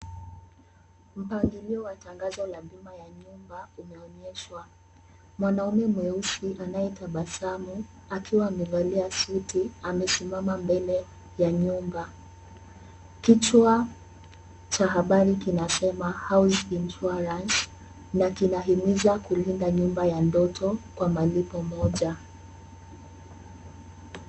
Mpangilio wa tangazo la bima ya nyumba linaonyeshwa. Mwanaume mweusi anayetabasamu, akiwa amevalia suti, amesimama mbele ya nyumba. Kichwa cha habari kinasema House insurance na kina himiza kulinda nyumba ya ndoto kwa malipo moja.